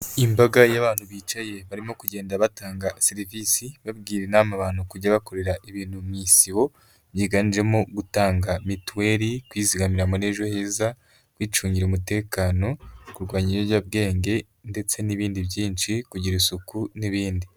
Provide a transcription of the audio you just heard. Imbaga y'abantu bicaye, barimo kugenda batanga serivisi, bagira inama abantu kujya bakorera ibintu mu isibo, byiganjemo gutanga mitituweli, kwizigamira muri ejo heza, kwicungira umutekano, kurwanya ibiyobyabwenge, ndetse n'ibindi byinshi, kugira isuku n'ibindi.